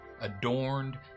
adorned